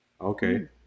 Okay